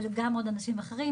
אבל גם אנשים אחרים,